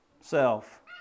self